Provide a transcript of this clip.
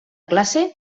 classe